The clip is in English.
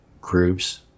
groups